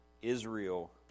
Israel